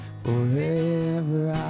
forever